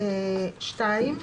לסעיף (2).